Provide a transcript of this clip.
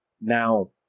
Now